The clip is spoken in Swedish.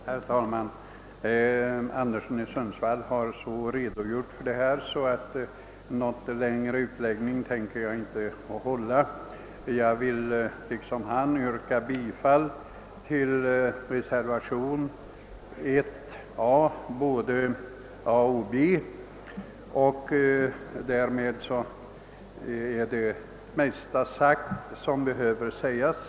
Herr talman! Herr Anderson i Sundsvall har så utförligt redogjort för detta ärende att jag inte tänker hålla något längre anförande. Jag vill liksom han yrka bifall till reservationen I under såväl mom. A som mom. B, och därmed är det mesta sagt av det som behöver sägas.